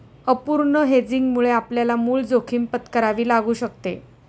अपूर्ण हेजिंगमुळे आपल्याला मूळ जोखीम पत्करावी लागू शकते